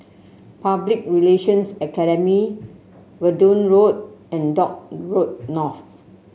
Public Relations Academy Verdun Road and Dock Road North